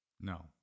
No